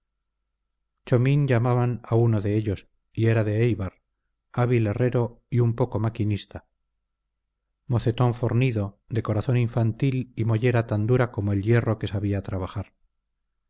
chomín llamaban a uno de ellos y era de éibar hábil herrero y un poco maquinista mocetón fornido de corazón infantil y mollera tan dura como el hierro que sabía trabajar